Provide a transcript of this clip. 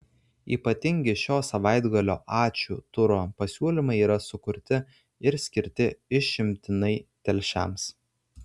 ypatingi šio savaitgalio ačiū turo pasiūlymai yra sukurti ir skirti išimtinai telšiams